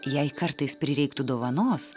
jei kartais prireiktų dovanos